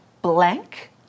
Blank